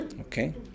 Okay